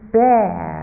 bear